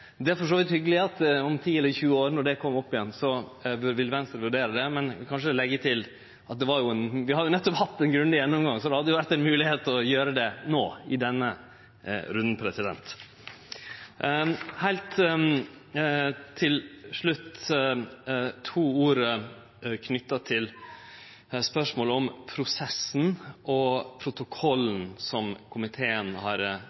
Det er for så vidt hyggeleg at Venstre vil vurdere det om ti–tjue år, når det kjem opp igjen, men vi har nettopp hatt ein grundig gjennomgang, så det hadde vore ei moglegheit å gjere det no, i denne runden. Heilt til slutt to ord knytt til spørsmålet om prosessen og protokollen, som komiteen har